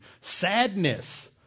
sadness